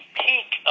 peak